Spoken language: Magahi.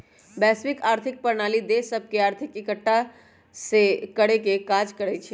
वैश्विक आर्थिक प्रणाली देश सभके आर्थिक रूप से एकठ्ठा करेके काज करइ छै